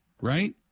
Right